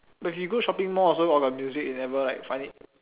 but if you go shopping mall also all the music never like find it